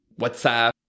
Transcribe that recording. WhatsApp